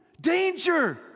Danger